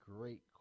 great